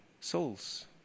Souls